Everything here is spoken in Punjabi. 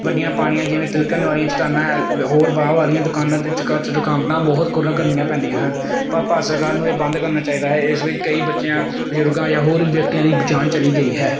ਗੱਡੀਆਂ ਪਾਣੀਆਂ ਜਿਵੇਂ ਤਿਲਕਣ ਵਾਲੀਆਂ ਚਟਾਨਾਂ ਹੋਰ ਵਹਾਅ ਵਾਲੀਆਂ ਦੁਕਾਨਾਂ ਚ ਚਟਕਾਨਾ ਬਹੁਤ ਕੁਰਨ ਕਰਨੀਆਂ ਪੈਂਦੀਆਂ ਹਨ ਪਰ ਭਾਰਤ ਸਰਕਾਰ ਨੂੰ ਇਹ ਬੰਦ ਕਰਨਾ ਚਾਹੀਦਾ ਹੈ ਇਸ ਵਿੱਚ ਕਈ ਬੱਚਿਆਂ ਬਜ਼ੁਰਗਾਂ ਜਾਂ ਹੋਰ ਵੀ ਵਿਅਕਤੀਆਂ ਦੀ ਜਾਨ ਚਲੀ ਗਈ ਹੈ